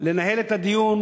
לנהל את הדיון,